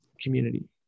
community